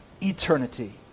eternity